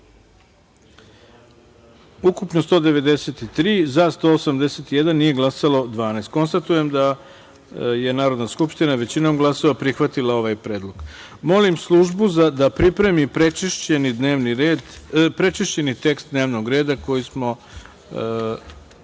ukupno 193, za – 181, nije glasalo – 12.Konstatujem da je Narodna skupština većinom glasova prihvatila ovaj predlog. Molim službu da pripremi prečišćeni tekst dnevnog reda koji smo